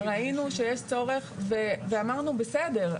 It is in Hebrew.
ראינו שיש צורך ואמרנו בסדר.